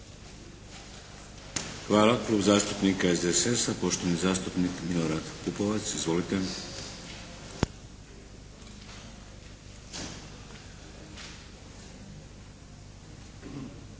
Hvala. Klub zastupnika SDSS-a, poštovani zastupnik Milorad Pupovac. Izvolite.